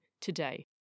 today